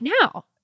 now